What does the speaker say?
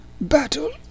battle